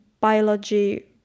biology